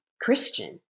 Christian